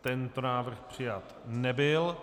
Tento návrh přijat nebyl.